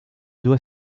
doit